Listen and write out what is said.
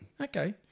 Okay